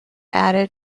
added